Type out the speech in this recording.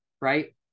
right